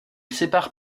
sépare